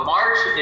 March